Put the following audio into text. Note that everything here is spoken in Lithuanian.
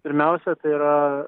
pirmiausia tai yra